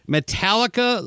Metallica